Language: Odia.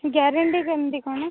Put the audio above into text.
ଗ୍ୟାରେଣ୍ଟି କେମତି କ'ଣ